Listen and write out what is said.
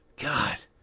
God